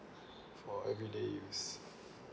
for everyday use